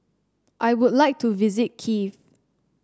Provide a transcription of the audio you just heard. I would like to visit Kiev